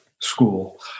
school